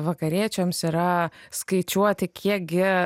vakariečiams yra skaičiuoti kiekgi